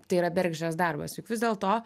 tai yra bergždžias darbas juk vis dėl to